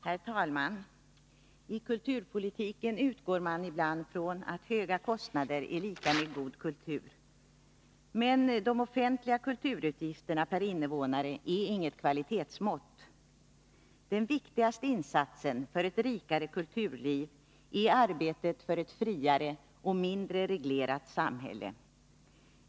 Herr talman! I kulturpolitiken utgår man ibland från att höga kostnader är lika med god kultur. Men de offentliga kulturutgifterna per invånare är inget kvalitetsmått. Den viktigaste insatsen för ett rikare kulturliv är arbetet för ett friare och mindre reglerat samhälle.